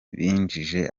binjije